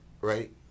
right